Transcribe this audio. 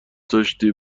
داشتی